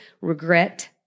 regret